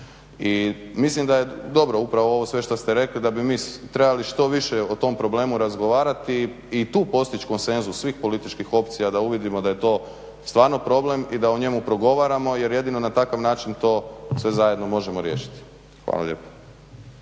I mislim da je dobro upravo ovo sve što ste rekli da bi mi trebali što više o tom problemu razgovarati i tu postići konsenzus svih političkih opcija da uvidimo da je to stvarno problem i da o njemu progovaramo jer jedino na takav način to sve zajedno možemo riješiti. Hvala lijepo.